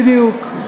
בדיוק.